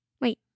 Wait